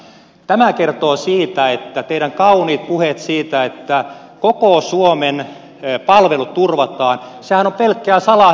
tämä kertoo siitä että teidän kauniit puheenne siitä että koko suomen palvelut turvataan ovat pelkkää sanahelinää ja lumetta